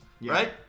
right